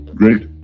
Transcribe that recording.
great